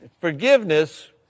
forgiveness